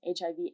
HIV